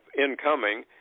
incoming